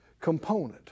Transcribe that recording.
component